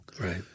right